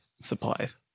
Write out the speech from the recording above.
supplies